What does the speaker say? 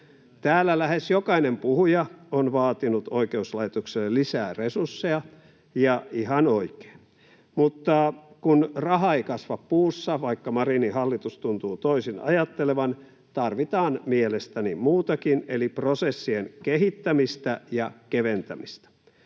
Täällä lähes jokainen puhuja on vaatinut oikeuslaitokseen lisää resursseja, ja ihan oikein, mutta kun raha ei kasva puussa, vaikka Marinin hallitus tuntuu toisin ajattelevan, tarvitaan mielestäni muutakin eli prosessien kehittämistä ja keventämistä.